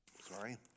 sorry